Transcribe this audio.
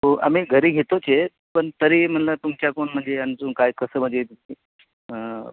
हो आम्ही घरी घेतोच आहे पण तरी म्हटलं तुमच्याकडून म्हणजे अजून काय कसं म्हणजे हां